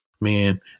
man